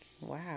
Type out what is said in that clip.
wow